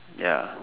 ya